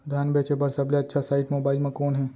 धान बेचे बर सबले अच्छा साइट मोबाइल म कोन हे?